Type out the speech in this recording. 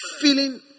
feeling